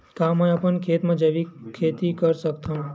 का मैं अपन खेत म जैविक खेती कर सकत हंव?